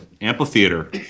Amphitheater